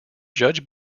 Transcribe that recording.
judge